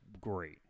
great